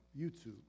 YouTube